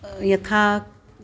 यथा